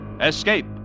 ESCAPE